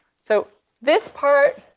so this part